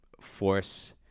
force